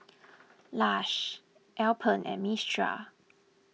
Lush Alpen and Mistral